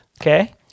okay